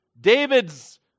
David's